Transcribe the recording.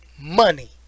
money